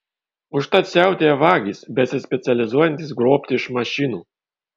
užtat siautėja vagys besispecializuojantys grobti iš mašinų